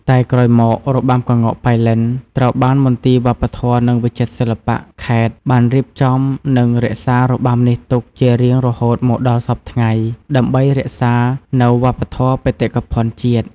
តែក្រោយមករបាំក្ងោកប៉ៃលិន ត្រូវបានមន្ទីរវប្បធម៌ និងវិចិត្រសិល្បៈខេត្តបានរៀបចំនិងរក្សារបាំនេះទុកជារៀងរហូតមកដល់សព្វថ្ងៃ ដើម្បីរក្សានូវវប្បធម៌បេតិកភណ្ឌជាតិ។